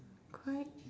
quite